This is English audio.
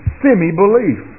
semi-belief